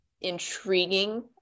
intriguing